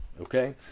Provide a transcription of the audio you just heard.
okay